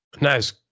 Nice